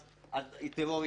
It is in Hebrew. אז הטרור ישתולל.